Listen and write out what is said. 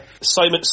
Simon